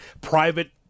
private